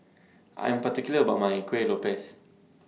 I Am particular about My Kueh Lopes